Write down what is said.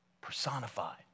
Personified